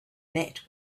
met